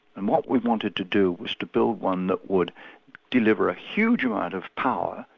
and what we wanted to do was to build one that would deliver a huge amount of power,